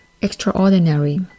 Extraordinary